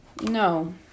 No